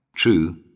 True